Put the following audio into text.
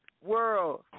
World